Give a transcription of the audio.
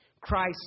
Christ